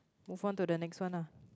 move on to the next one lah